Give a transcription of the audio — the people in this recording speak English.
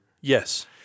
yes